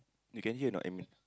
you can hear or not admin